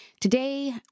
Today